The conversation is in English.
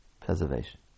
preservation